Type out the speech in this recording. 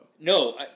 No